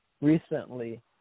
recently